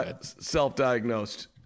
Self-diagnosed